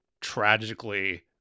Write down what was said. tragically